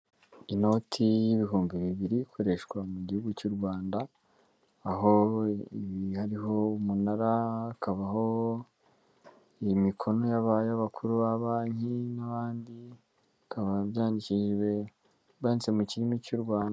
Inoti y'ibihumbi bibiri ikoreshwa mu gihugu cy'u Rwanda, aho hariho umunara, hakabaho imikono abakuru ba banki n'abandi, bikaba byanditse mu kirimi cy'u Rwanda.